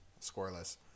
scoreless